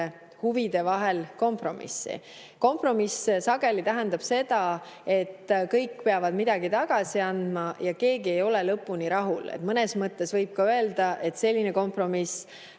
huvide vahel kompromissi. Kompromiss sageli tähendab seda, et kõik peavad midagi tagasi andma ja keegi ei ole lõpuni rahul. Mõnes mõttes võib ka öelda, et selline kompromiss,